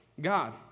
God